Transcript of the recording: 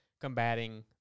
combating